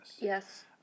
Yes